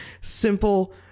Simple